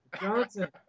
Johnson